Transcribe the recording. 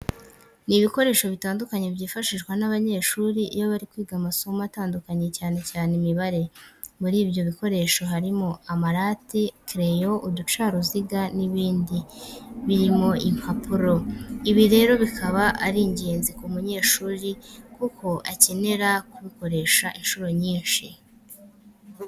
Ni ibikoresho bitandukanye byifahishwa n'abanyeshuri iyo bari kwiga amasomo atandukanye cyane cyane Imibare. Muri ibyo bikoresho harimo amarate, kereyo, uducaruziga n'ibindi birimo impapuro. Ibi rero bikaba ari ingenzi ku munyeshuri kuko akenera kubikoresha inshuro nyinshi.